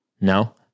no